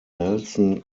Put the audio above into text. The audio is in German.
nelson